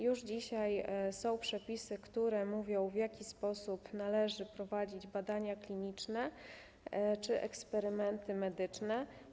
Już dzisiaj są przepisy, które mówią, w jaki sposób należy prowadzić badania kliniczne czy eksperymenty medyczne.